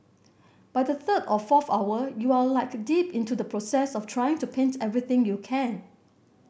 by the third or fourth hour you are like deep into the process of trying to paint everything you can